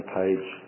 page